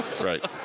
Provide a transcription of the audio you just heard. Right